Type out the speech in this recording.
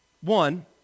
One